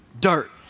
dirt